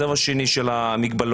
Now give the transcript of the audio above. בסבב השני של המגבלות.